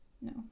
No